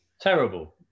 terrible